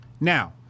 Now